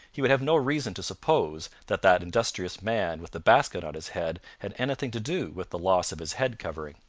he would have no reason to suppose that that industrious man with the basket on his head had anything to do with the loss of his head covering.